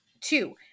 Two